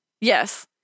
yes